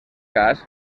cas